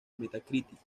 metacritic